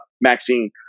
Maxine